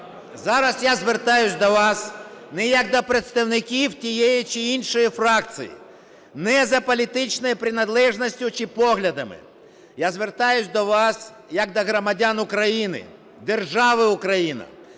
зараз я звертаюсь до вас не, як до представників тієї, чи іншої фракції, не за політичною приналежністю, чи поглядами, я звертаюсь до вас як до громадян України держави Україна.